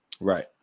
Right